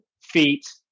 feet